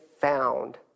found